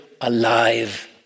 alive